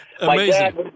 amazing